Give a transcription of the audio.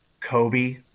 Kobe